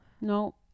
no